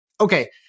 Okay